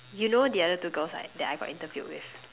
you know the other two girls right that I got interviewed with